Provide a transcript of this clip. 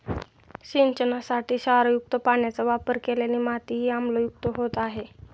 सिंचनासाठी क्षारयुक्त पाण्याचा वापर केल्याने मातीही आम्लयुक्त होत आहे